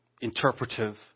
interpretive